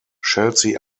chelsea